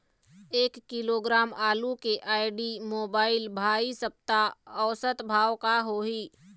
एक किलोग्राम आलू के आईडी, मोबाइल, भाई सप्ता औसत भाव का होही?